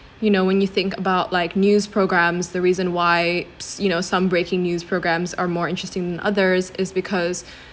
you know when you think about like news programmes the reason why s~ you know some breaking news programmes are more interesting than others is because